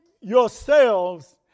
yourselves